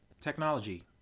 technology